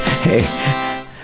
Hey